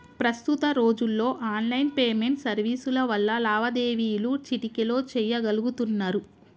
ప్రస్తుత రోజుల్లో online payment సర్వీసుల వల్ల లావాదేవీలు చిటికెలో చెయ్యగలుతున్నరు